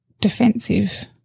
defensive